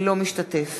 אינו משתתף